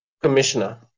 commissioner